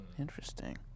Interesting